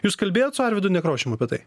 jūs kalbėjot su arvydu nekrošium apie tai